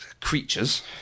creatures